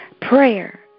Prayer